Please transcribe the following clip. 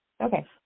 Okay